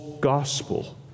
gospel